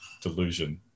delusion